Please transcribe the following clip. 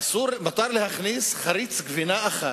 מותר להכניס חריץ גבינה אחד,